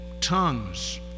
tongues